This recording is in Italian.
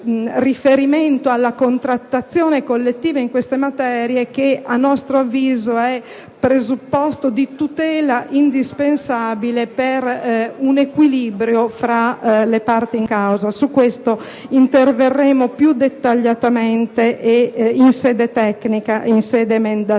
riferimento alla contrattazione collettiva in queste materie che, a nostro avviso, è presupposto di tutela indispensabile per un equilibrio tra le parti in causa. Su questo interverremo più dettagliatamente in sede emendativa.